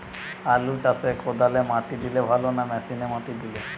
আলু চাষে কদালে মাটি দিলে ভালো না মেশিনে মাটি দিলে?